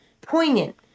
poignant